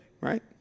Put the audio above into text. Right